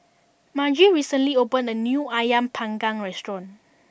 Margy recently opened a new Ayam Panggang restaurant